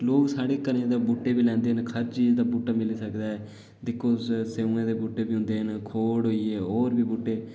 लोक साढे घरा दा बूह्टे बी लेंदे न हर जीज़ दा बूह्टा मिली सकदा ऐ दिक्खो तुस स्यौएं बूह्टे बी होंदे न अखरोट होई गे